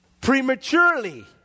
prematurely